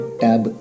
tab